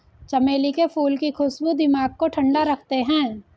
चमेली के फूल की खुशबू दिमाग को ठंडा रखते हैं